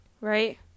right